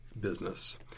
business